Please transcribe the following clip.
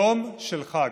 יום של חג.